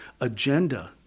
agenda